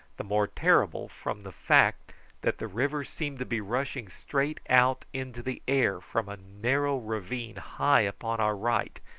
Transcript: the more terrible from the fact that the river seemed to be rushing straight out into the air from a narrow ravine high upon our right,